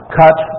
cut